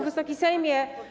Wysoki Sejmie!